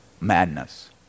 madness